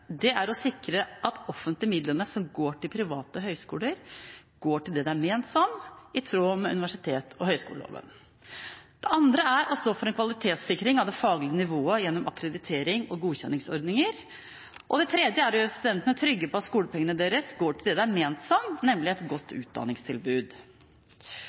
å sikre at de offentlige midlene som går til private høyskoler, går til det de er ment for, i tråd med universitets- og høyskoleloven å stå for en kvalitetssikring av det faglige nivået gjennom akkreditering og godkjenningsordninger å gjøre studentene trygge på at skolepengene deres går til det de er ment for, nemlig et godt